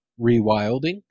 rewilding